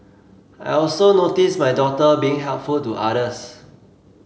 I also notice my daughter being helpful to others